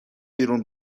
بیرون